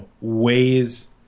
ways